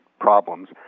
problems